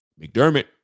McDermott